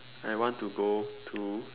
I want to go to